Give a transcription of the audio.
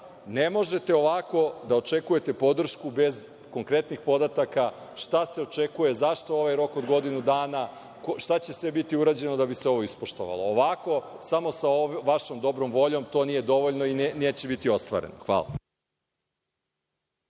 ne možete ovako da očekujete podršku bez konkretnih podataka, šta se očekuje, zašto ovaj rok od godinu dana, šta će sve biti urađeno da bi se ovo ispoštovalo. Ovako samo sa vašom dobrom voljom to nije dovoljno i neće biti ostvareno. Hvala.